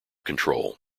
control